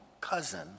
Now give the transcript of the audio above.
cousin